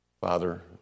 Father